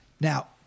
Now